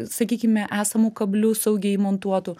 sakykime esamų kablių saugiai įmontuotų